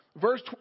Verse